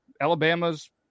Alabama's